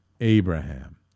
Abraham